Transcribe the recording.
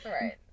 Right